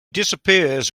disappears